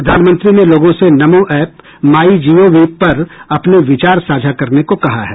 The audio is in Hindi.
प्रधानमंत्री ने लोगों से नमो ऐप माइ जीओवी पर अपने विचार साझा करने को कहा है